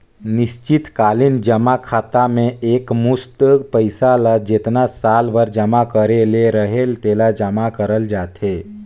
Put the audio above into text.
निस्चित कालीन जमा खाता में एकमुस्त पइसा ल जेतना साल बर जमा करे ले रहेल तेला जमा करल जाथे